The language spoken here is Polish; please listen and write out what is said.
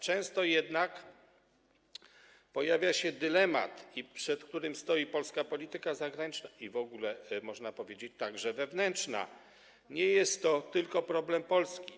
Często jednak pojawia się dylemat, przed którym stoi polska polityka zagraniczna i w ogóle, można powiedzieć, także wewnętrzna, nie jest to tylko problem Polski.